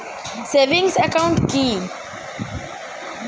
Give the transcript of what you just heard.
Savings account কি?